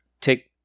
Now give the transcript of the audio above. take